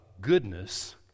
goodness